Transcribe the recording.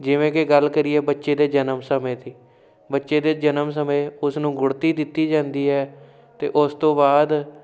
ਜਿਵੇਂ ਕਿ ਗੱਲ ਕਰੀਏ ਬੱਚੇ ਦੇ ਜਨਮ ਸਮੇਂ ਦੀ ਬੱਚੇ ਦੇ ਜਨਮ ਸਮੇਂ ਉਸਨੂੰ ਗੁੜ੍ਹਤੀ ਦਿੱਤੀ ਜਾਂਦੀ ਹੈ ਅਤੇ ਉਸ ਤੋਂ ਬਾਅਦ